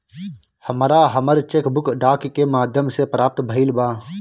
हमरा हमर cheque book डाक के माध्यम से प्राप्त भईल बा